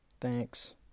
thanks